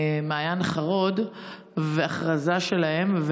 מעיין חרוד והכרזה שלהם.